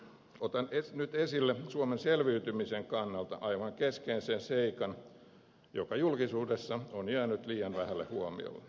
otan nyt esille suomen selviytymisen kannalta aivan keskeisen seikan joka julkisuudessa on jäänyt liian vähälle huomiolle